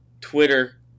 twitter